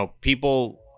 people